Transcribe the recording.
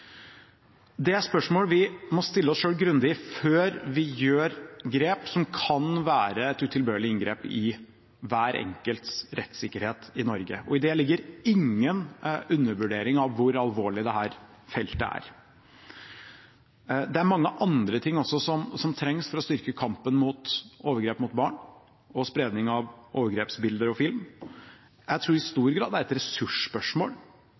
Det er spørsmål vi må stille oss selv grundig før vi tar grep som kan være et utilbørlig inngrep i hver enkeltes rettssikkerhet i Norge. I det ligger ingen undervurdering av hvor alvorlig dette feltet er. Det er mange andre ting som også trengs for å styrke kampen mot overgrep mot barn og spredning av overgrepsbilder og film. Jeg tror i stor grad det er et ressursspørsmål.